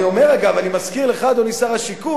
אני אומר רגע, ואני מזכיר לך, אדוני שר השיכון,